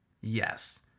Yes